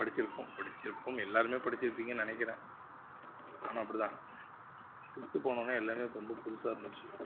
படிச்சிருப்போம் படிச்சிருப்போம் எல்லாருமே வந்து படிச்சிருப்பீங்கன்னு நினைக்கிறேன் நானும் அப்படி தான் சிக்ஸ்த்து போனோடனே எல்லாமே ரொம்ப புதுசாக இருந்துச்சு